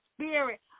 spirit